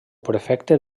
prefecte